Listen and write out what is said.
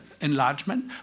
Enlargement